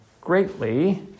greatly